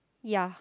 ya